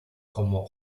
como